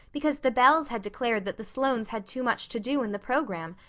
because the bells had declared that the sloanes had too much to do in the program,